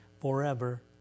forever